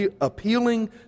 appealing